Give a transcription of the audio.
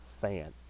fan